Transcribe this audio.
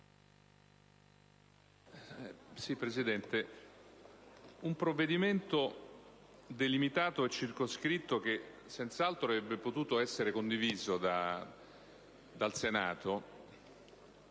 Presidente, un provvedimento delimitato e circoscritto, che senz'altro avrebbe potuto essere condiviso dal Senato